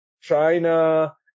China